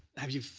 have you